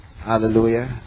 Hallelujah